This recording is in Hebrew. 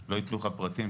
לא יתנו לך פרטים,